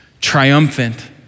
triumphant